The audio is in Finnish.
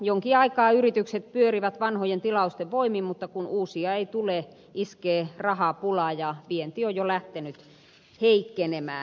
jonkin aikaa yritykset pyörivät vanhojen tilausten voimin mutta kun uusia ei tule iskee rahapula ja vienti on jo lähtenyt heikkenemään